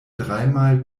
dreimal